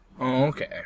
Okay